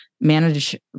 manage